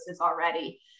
already